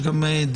יש גם דיון,